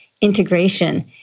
integration